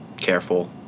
careful